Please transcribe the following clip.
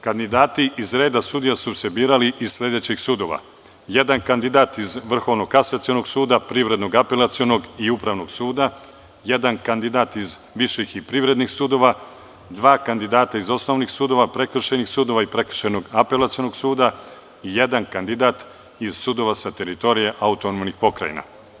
Kandidati iz reda sudija su se birali iz sledećih sudova: jedan kandidat iz Vrhovnom kasacionog suda, privrednog apelacionog i upravnog suda, jedan kandidat iz viših i privrednih sudova, dva kandidata iz osnovnih sudova, prekršajnih sudova i prekršajnog apelacionog suda, a jedan kandidat iz sudova sa teritorija autonomnih pokrajina.